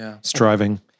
striving